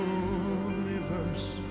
universe